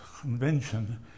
convention